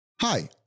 Hi